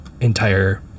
entire